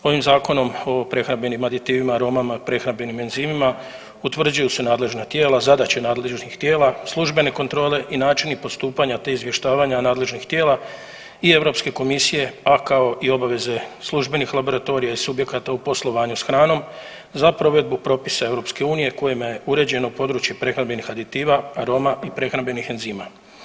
Ovim Zakonom o prehrambenim aditivima, aromama i prehrambenim enzimima utvrđuju se nadležna tijela, zadaće nadležnih tijela, službene kontrole i načini postupanja te izvještavanja nadležnih tijela i Europske komisije, a kao i obaveze službenih laboratorija i subjekata u poslovanju s hranom za provedbu propisa EU kojima je uređeno područje prehrambenih aditiva, aromama i prehrambenim enzimima.